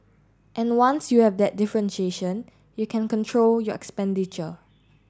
and once you have that differentiation you can control your expenditure